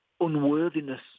unworthiness